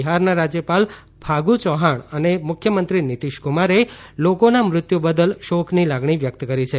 બિહારના રાજ્યપાલ ફાગુ ચૌહાણ અને મુખ્યમંત્રી નીતિશ કુમારે લોકોના મૃત્યુ બદલ શોકની લાગણી વ્યક્ત કરી છે